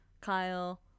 kyle